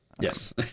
Yes